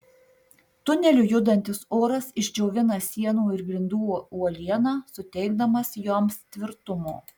tuneliu judantis oras išdžiovina sienų ir grindų uolieną suteikdamas joms tvirtumo